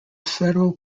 federal